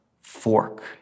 fork